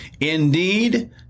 indeed